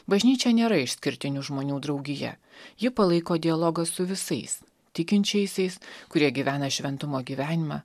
bažnyčia nėra išskirtinių žmonių draugija ji palaiko dialogą su visais tikinčiaisiais kurie gyvena šventumo gyvenimą